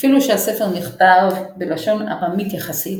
אפילו שהספר נכתב בלשון עממית יחסית,